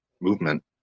movement